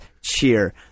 cheer